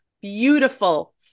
beautiful